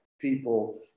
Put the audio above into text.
people